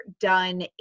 done